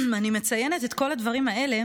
אני מציינת את כל הדברים האלה